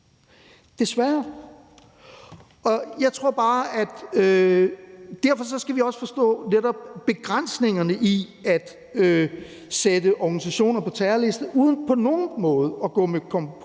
også bare, vi skal forstå begrænsningerne i at sætte organisationer på en terrorliste uden på nogen måde at gå på kompromis